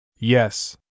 Yes